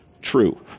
true